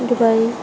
Dubai